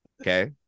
Okay